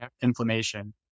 inflammation